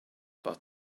but